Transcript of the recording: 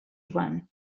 won